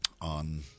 on